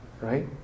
right